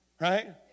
right